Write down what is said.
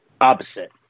Opposite